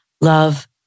love